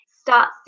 start